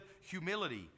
humility